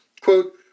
quote